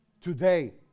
today